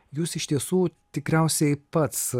jūs iš tiesų tikriausiai pats